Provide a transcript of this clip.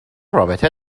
رابطه